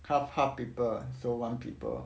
cuff park paper so one people